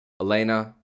Elena